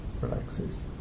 relaxes